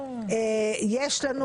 יש לך